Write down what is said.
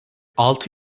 altı